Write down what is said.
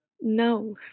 No